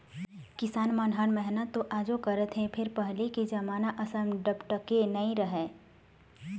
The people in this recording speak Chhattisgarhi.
किसान मन ह मेहनत तो आजो करत हे फेर पहिली के जमाना असन डपटके नइ राहय